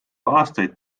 aastaid